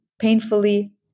painfully